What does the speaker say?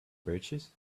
birches